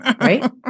right